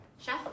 Chef